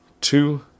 two